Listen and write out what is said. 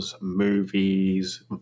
movies